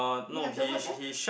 you have the word there